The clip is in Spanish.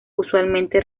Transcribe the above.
usualmente